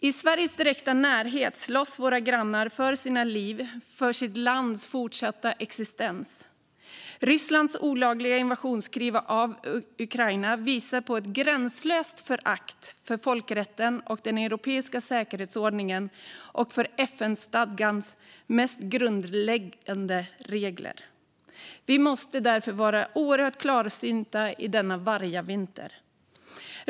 I Sveriges direkta närhet slåss våra grannar för sina liv och för sitt lands fortsatta existens. Rysslands olagliga invasionskrig i Ukraina visar på ett gränslöst förakt för folkrätten, den europeiska säkerhetsordningen och FN-stadgans mest grundläggande regler. Vi måste därför vara oerhört klarsynta i denna vargavinter.